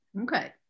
Okay